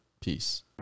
peace